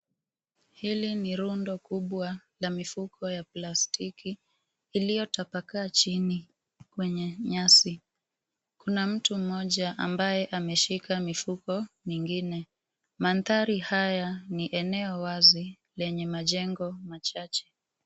Hili ni rundo kubwa la mifuko ya plastiki iliyotapakaa chini kwenye nyasi. Kuna mtu mmoja ambaye ameshika mifuko mingine. Mandhari haya ni eneo wazi lenye majengo machache.